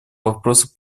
вопросов